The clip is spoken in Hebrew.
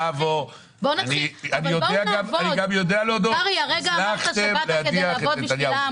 אני גם יודע להודות: הצלחתם להדיח את נתניהו.